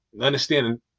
understanding